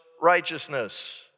righteousness